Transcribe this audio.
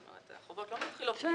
החובות לא מתחילות.